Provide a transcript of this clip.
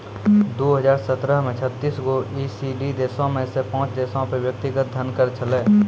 दु हजार सत्रह मे छत्तीस गो ई.सी.डी देशो मे से पांच देशो पे व्यक्तिगत धन कर छलै